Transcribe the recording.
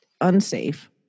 unsafe